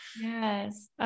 Yes